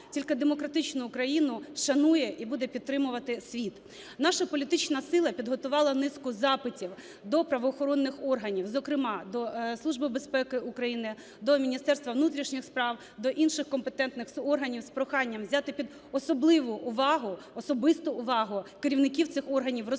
Тільки демократичну Україну шанує і буде підтримувати світ. Наша політична сила підготувала низку запитів до правоохоронних органів, зокрема до Служби безпеки України, до Міністерства внутрішніх справ до інших компетентних органів, з проханням взяти під особливу увагу, особисту увагу, керівників цих органів, розслідування